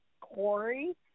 Corey